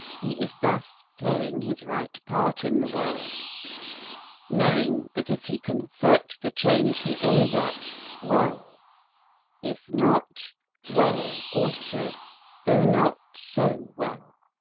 he is thus playing his right part in the world knowing that if he can effect the change he aims at well if not well also though not so well.